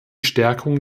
stärkung